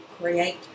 create